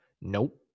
Nope